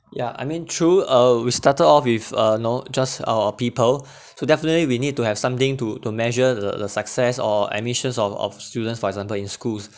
yeah I mean true uh we started off with uh know just our people to definitely we need to have something to to measure the the success or admissions of of students for example in schools